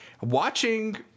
Watching